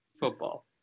football